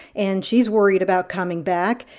and she's worried about coming back,